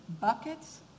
buckets